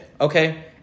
Okay